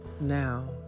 now